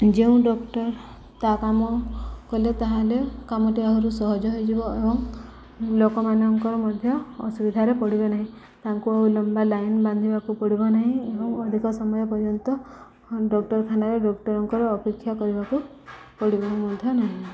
ଯେଉଁ ଡକ୍ଟର ତା' କାମ କଲେ ତା'ହେଲେ କାମଟି ଆହୁରୁ ସହଜ ହେଇଯିବ ଏବଂ ଲୋକମାନଙ୍କର ମଧ୍ୟ ଅସୁବିଧାରେ ପଡ଼ିବ ନାହିଁ ତାଙ୍କୁ ଲମ୍ବା ଲାଇନ୍ ବାନ୍ଧିବାକୁ ପଡ଼ିବ ନାହିଁ ଏବଂ ଅଧିକ ସମୟ ପର୍ଯ୍ୟନ୍ତ ଡାକ୍ତରଖାନାରେ ଡକ୍ଟରଙ୍କର ଅପେକ୍ଷା କରିବାକୁ ପଡ଼ିବ ମଧ୍ୟ ନାହିଁ